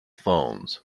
phones